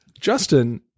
Justin